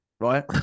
Right